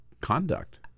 conduct